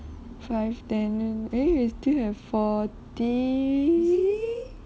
five ten and eh we still have forty